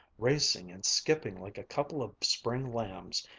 racing and skipping like a couple of spring lambs,